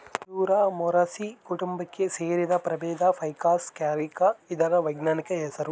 ಅಂಜೂರ ಮೊರಸಿ ಕುಟುಂಬಕ್ಕೆ ಸೇರಿದ ಪ್ರಭೇದ ಫೈಕಸ್ ಕ್ಯಾರಿಕ ಇದರ ವೈಜ್ಞಾನಿಕ ಹೆಸರು